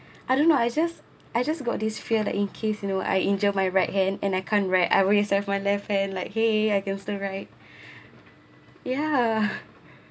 I don't know I just I just got this fear like in case you know I injured my right hand and I can't write I will start my left hand like !hey! I guess the right ya